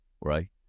right